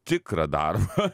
tikrą darbą